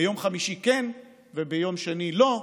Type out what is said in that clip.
ביום חמישי כן וביום שני לא,